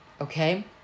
Okay